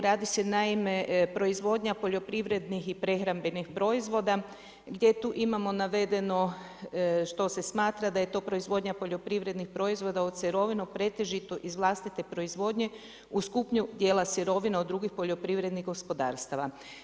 Radi se naime proizvodnja poljoprivrednih i prehrambenih proizvoda gdje tu imamo navedeno što se smatra da je to proizvodnja poljoprivrednih proizvoda od sirovina pretežito iz vlastite proizvodnje uz kupnju dijela sirovina od drugih poljoprivrednih gospodarstava.